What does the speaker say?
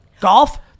Golf